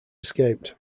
escaped